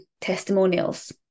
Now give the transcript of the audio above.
testimonials